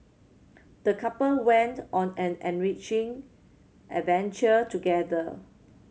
the couple went on an enriching adventure together